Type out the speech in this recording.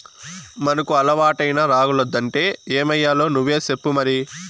మనకు అలవాటైన రాగులొద్దంటే ఏమయ్యాలో నువ్వే సెప్పు మరి